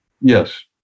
Yes